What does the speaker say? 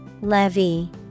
Levy